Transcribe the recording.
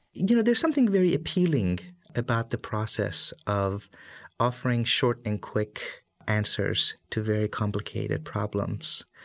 you know, there's something very appealing about the process of offering short and quick answers to very complicated problems.